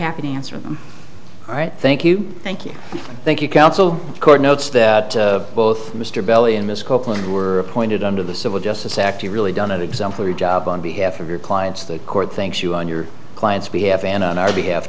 happy to answer them all right thank you thank you thank you counsel chord notes that both mr belly and ms copeland were appointed under the civil justice act you really done exemplary job on behalf of your clients the court thinks you own your clients we have an on our behalf